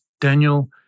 Daniel